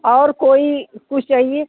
और कोई कुछ चाहिए